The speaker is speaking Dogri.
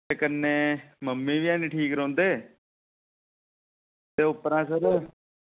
ते कन्नै मम्मी बी ऐनी ठीक रौंह्दे ते उप्परा दा सर